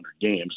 games